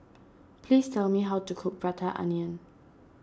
please tell me how to cook Prata Onion